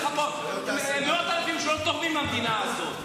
כי אני יכול להביא לך פה מאות אלפים שלא תורמים למדינה הזאת.